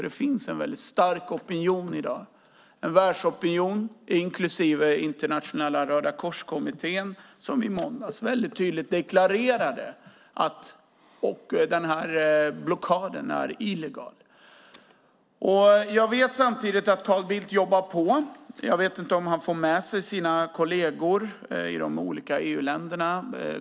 Det finns i dag en stark världsopinion inklusive Internationella Röda Kors-kommittén som i måndags tydligt deklarerade att denna blockad är illegal. Jag vet att Carl Bildt jobbar på. Jag vet inte om han får med sig sina kolleger i de olika EU-länderna.